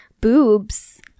boobs